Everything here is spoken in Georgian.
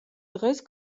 დღეს